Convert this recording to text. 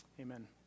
amen